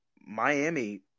Miami